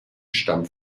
stammt